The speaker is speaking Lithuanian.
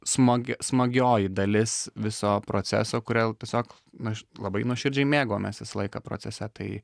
smag smagioji dalis viso proceso kurio tiesiog na aš labai nuoširdžiai mėgavomės visą laiką procese tai